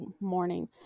Morning